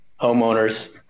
homeowners